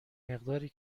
مقداری